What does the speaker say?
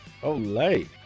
Olay